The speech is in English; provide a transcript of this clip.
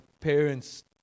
parents